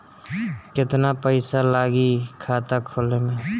केतना पइसा लागी खाता खोले में?